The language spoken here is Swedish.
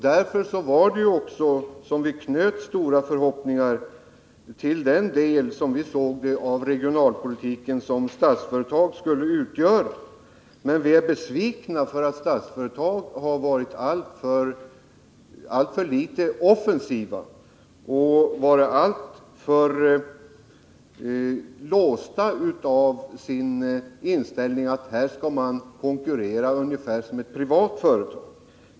Därför knöt vi stora förhoppningar till den del av regionalpolitiken som Statsföretag skulle svara för. Men de är besvikna över att Statsföretag har varit alltför litet offensivt och har varit alltför låst i sin inställning att man skall konkurrera ungefär som ett privat företag.